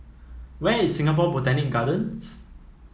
where is Singapore Botanic Gardens